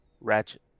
Ratchet